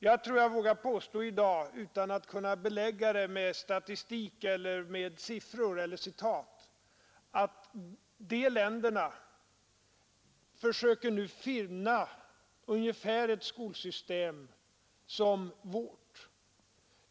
Jag tror jag vågar påstå i dag, utan att kunna belägga det med statistik, med siffror eller med citat, att de länderna nu försöker finna ett skolsystem ungefär som vårt.